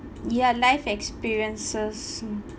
ya life experiences